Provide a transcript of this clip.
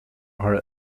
are